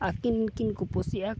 ᱟᱹᱠᱤᱱ ᱜᱮᱠᱤᱱ ᱠᱩᱯᱩᱥᱤᱜᱼᱟ